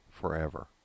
forever